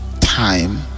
time